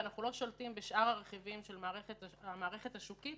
ואנחנו לא שולטים בשאר הרכיבים של המערכת השוקית